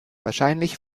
wahrscheinlich